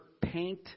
paint